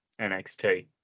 NXT